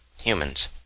humans